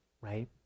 right